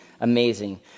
amazing